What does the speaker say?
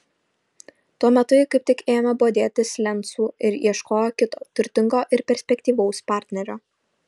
tuo metu ji kaip tik ėmė bodėtis lencu ir ieškojo kito turtingo ir perspektyvaus partnerio